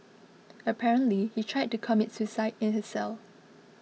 apparently he tried to commit suicide in his cell